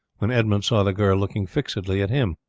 when edmund saw the girl looking fixedly at him.